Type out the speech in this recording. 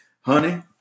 honey